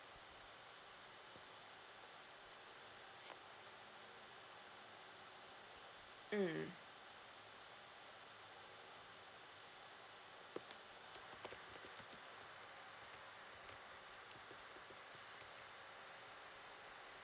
mm